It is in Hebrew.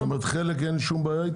זאת אומרת שעם חלק אין שום בעיה.